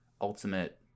ultimate